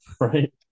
Right